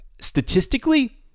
statistically